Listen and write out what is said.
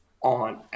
on